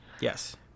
Yes